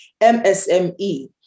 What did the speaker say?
MSME